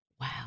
Wow